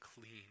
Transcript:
clean